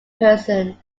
person